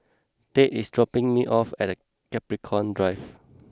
Tate is dropping me off at Capricorn Drive